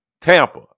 Tampa